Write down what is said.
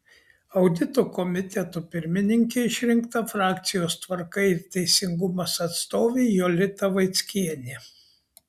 audito komiteto pirmininke išrinkta frakcijos tvarka ir teisingumas atstovė jolita vaickienė